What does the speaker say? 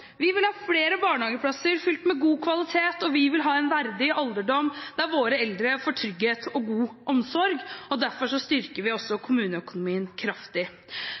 vi vil ha flere barnehageplasser fylt med god kvalitet, og vi vil ha en verdig alderdom for våre eldre, med trygghet og god omsorg. Derfor styrker vi kommuneøkonomien kraftig.